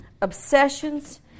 obsessions